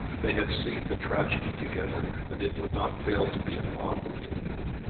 they had seen the tragedy together and it would not fail to be a bond of union.